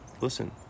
Listen